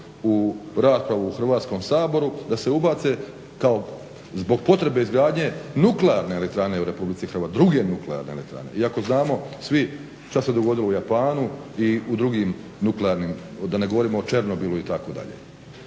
u raspravu u Hrvatskom saboru, da se ubace kao zbog potrebe izgradnje nuklearne elektrane u Republici Hrvatskoj, druge nuklearne elektrane. Iako znamo svi šta se dogodilo u Japanu i u drugim nuklearnim, da ne govorimo o Černobilu itd. Dakle,